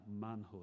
manhood